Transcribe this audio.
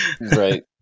right